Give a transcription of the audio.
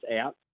out